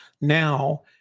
Now